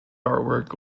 artwork